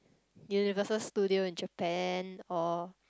Universal-Studio in Japan or